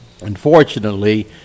unfortunately